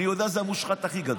אני יודע שזה המושחת הכי גדול.